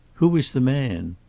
who was the man?